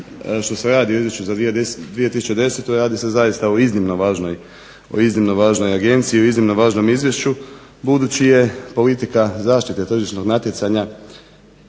što se radi o Izvješću za 2010. radi se zaista o iznimno važnoj agenciji i o iznimno važnom izvješću budući je politika zaštite tržišnog natjecanja